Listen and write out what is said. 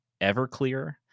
Everclear